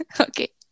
Okay